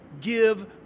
give